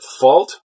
fault